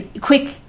quick